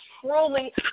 truly